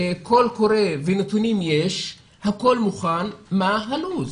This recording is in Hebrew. קול קורא ונתונים יש, הכול מוכן, מה הלו"ז?